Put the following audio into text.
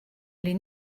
les